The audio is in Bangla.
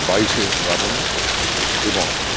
বাইশে শ্রাবণ এবং